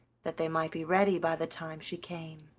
that they might be ready by the time she came.